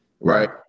right